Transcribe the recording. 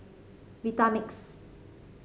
Vitamix